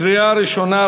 קריאה ראשונה.